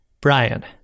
Brian